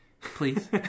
Please